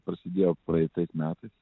prasidėjo praeitais metais